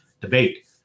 debate